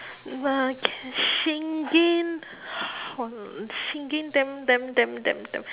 uh can shingen um shingen damn damn damn damn damn